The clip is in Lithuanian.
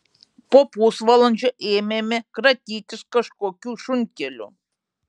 po pusvalandžio ėmėme kratytis kažkokiu šunkeliu